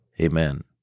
Amen